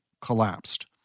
collapsed